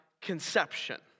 conception